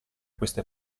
queste